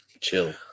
Chill